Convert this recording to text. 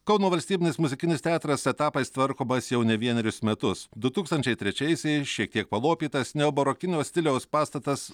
kauno valstybinis muzikinis teatras etapais tvarkomas jau ne vienerius metus du tūkstančiai trečiaisiais šiek tiek palopytas neobarokinio stiliaus pastatas